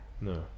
No